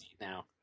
now